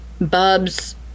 Bubs